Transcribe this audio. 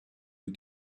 who